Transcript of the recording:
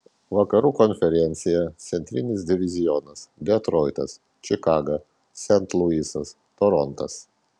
vakarų konferencija centrinis divizionas detroitas čikaga sent luisas torontas